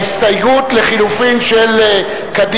ההסתייגות לחלופין ג' של קבוצת סיעת מרצ